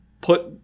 put